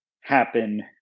happen